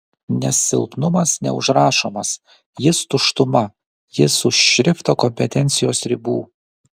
nes silpnumas neužrašomas jis tuštuma jis už šrifto kompetencijos ribų